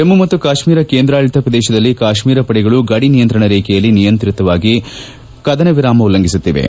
ಜಮ್ಮು ಮತ್ತು ಕಾಶ್ಮೀರ ಕೇಂದ್ರಾಡಳಿತ ಪ್ರದೇಶದಲ್ಲಿ ಕಾಶ್ಮೀರ ಪಡೆಗಳು ಗಡಿ ನಿಯಂತ್ರಣ ರೇಖೆಯಲ್ಲಿ ನಿರಂತರವಾಗಿ ಕದನ ವಿರಾಮ ಉಲ್ಲಂಘಿಸುತ್ತಿವೆ